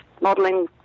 modeling